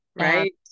Right